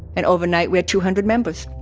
and overnight we had two hundred members.